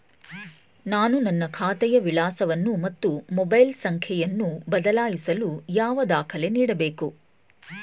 ನಾನು ನನ್ನ ಖಾತೆಯ ವಿಳಾಸವನ್ನು ಮತ್ತು ಮೊಬೈಲ್ ಸಂಖ್ಯೆಯನ್ನು ಬದಲಾಯಿಸಲು ಯಾವ ದಾಖಲೆ ನೀಡಬೇಕು?